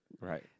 right